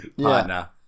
partner